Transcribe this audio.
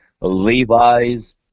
Levi's